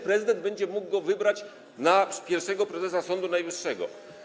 Prezydent też będzie mógł ją wybrać na pierwszego prezesa Sądu Najwyższego.